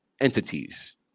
entities